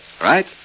right